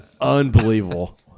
unbelievable